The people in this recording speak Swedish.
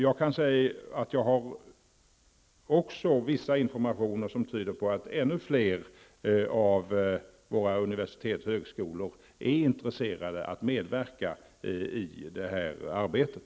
Jag kan också säga att jag har viss information som tyder på att ännu fler av våra universitet och högskolor är intresserade av att medverka i det här arbetet.